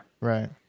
Right